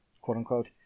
quote-unquote